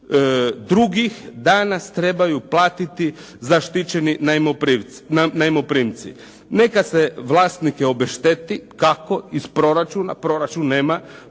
drugih danas trebaju platiti zaštićeni najmoprimci. Neka se vlasnike obešteti. Kako? Iz proračuna. Proračun nema.